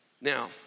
Now